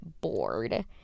bored